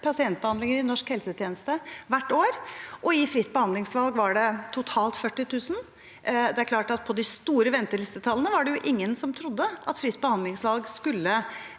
pasientbehandlinger i norsk helsetjeneste hvert år, og i fritt behandlingsvalg var det totalt 40 000. Det er klart at ut fra de store ventelistetallene var det ingen som trodde at fritt behandlingsvalg skulle